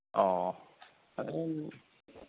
অঁ